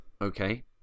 okay